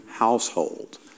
household